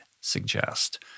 suggest